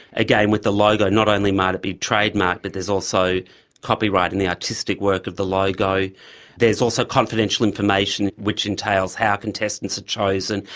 again, with the logo, not only might it be trademarked but there's also copyright in the artistic work of the logo. there's also confidential information which entails how contestants are chosen,